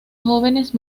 jóvenes